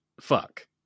fuck